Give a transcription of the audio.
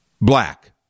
black